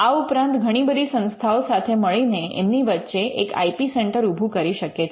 આ ઉપરાંત ઘણી બધી સંસ્થાઓ સાથે મળીને એમની વચ્ચે એક આઇ પી સેન્ટર ઊભું કરી શકે છે